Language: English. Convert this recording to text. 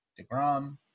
DeGrom